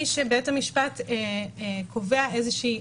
בית המשפט קובע איזושהי,